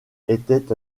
étaient